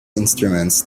instruments